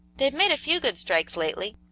they've made a few good strikes lately,